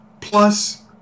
Plus